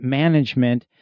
management